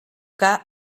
que